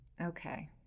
Okay